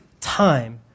time